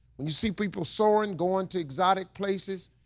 when you see people soaring, going to exotic places,